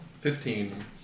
Fifteen